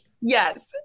Yes